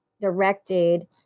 directed